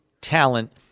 talent